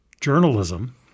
journalism